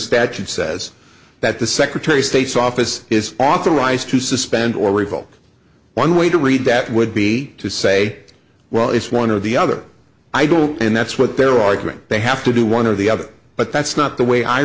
statute says that the secretary of state's office is authorized to suspend or revoke one way to read that would be to say well it's one or the other idol and that's what they're arguing they have to do one or the other but that's not the way i